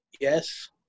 Yes